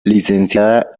licenciada